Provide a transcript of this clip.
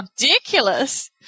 ridiculous